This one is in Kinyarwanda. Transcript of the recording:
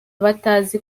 batazi